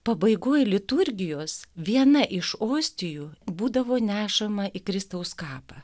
pabaigoj liturgijos viena iš ostijų būdavo nešama į kristaus kapą